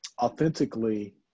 authentically